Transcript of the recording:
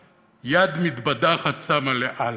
/ יד מתבדחת שמה לאל".